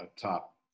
Top